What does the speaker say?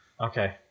Okay